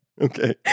Okay